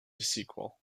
sequel